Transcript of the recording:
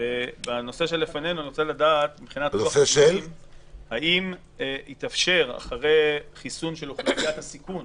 בנושא שלפנינו אני ארצה לדעת האם יתאפשר אחרי חיסון של אוכלוסיית הסיכון